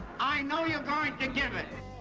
i know you're going to give it.